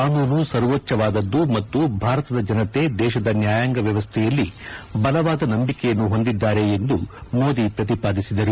ಕಾನೂನು ಸವೋಚ್ಲವಾದದ್ದು ಮತ್ತು ಭಾರತದ ಜನತೆ ದೇಶದ ನ್ನಾಯಾಂಗ ವ್ಯವಸ್ನೆಯಲ್ಲಿ ಬಲವಾದ ನಂಬಿಕೆಯನ್ನು ಹೊಂದಿದ್ಲಾರೆ ಎಂದು ಮೋದಿ ಪ್ರತಿಪಾದಿಸಿದರು